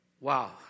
Wow